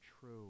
true